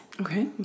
Okay